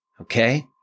okay